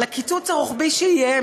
על הקיצוץ הרוחבי שיהיה,